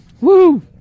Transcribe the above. Woo